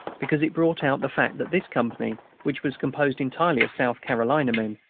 because it brought out the fact that this company, which was composed entirely of south carolina men,